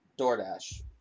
DoorDash